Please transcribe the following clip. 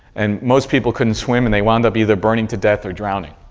and most people couldn't swim and they wound up either burning to death or drowning.